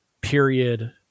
period